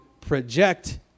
project